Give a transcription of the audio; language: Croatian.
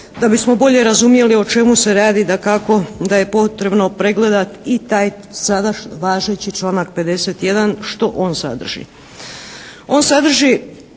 Da bismo bolje razumjeli o čemu se radi dakako da je potrebno pregledat i taj sadašnji važeći članak 51., što on sadrži. On sadrži